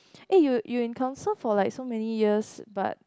eh you you in council for like so many years but